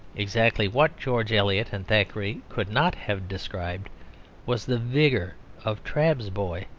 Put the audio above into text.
exactly what george eliot and thackeray could not have described was the vigour of trabb's boy.